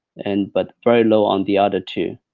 and but very low on the other two.